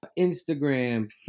Instagram